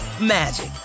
magic